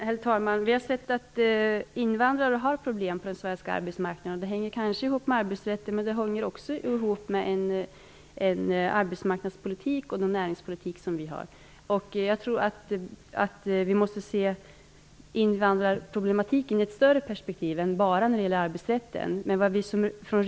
Herr talman! Vi har sett att invandrare har problem på den svenska arbetsmarknaden. Det hänger kanske ihop med arbetsrätten, men det hänger också ihop med den arbetsmarknads och näringspolitik som vi har. Jag tror att vi måste se invandrarproblematiken i ett större perspektiv. Vi kan alltså inte bara se till arbetsrätten.